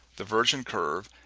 the virgin curve,